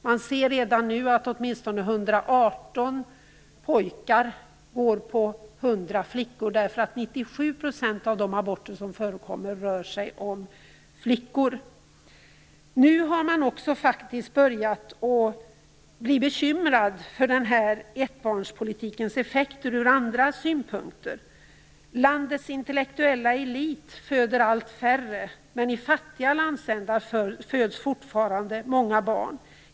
Det går redan nu 118 pojkar på 100 flickor - 97 % av de aborter som förekommer gäller flickor. Nu har man faktiskt börjat bli bekymrad över ettbarnspolitikens effekter från andra synpunkter. Landets intellektuella elit föder allt färre barn, men i fattiga landsändar föds fortfarande många barn.